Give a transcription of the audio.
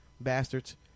Bastards